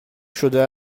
شده